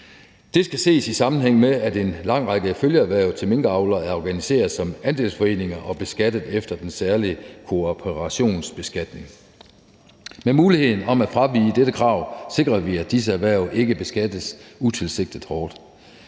Det skal ses i sammenhæng med, at en lang række følgeerhverv til minkavlere er organiseret som andelsforeninger og beskattet efter den særlige kooperationsbeskatning. Med muligheden for at fravige dette krav sikrer vi, at disse erhverv ikke beskattes utilsigtet hårdt.